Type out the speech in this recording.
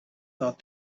thought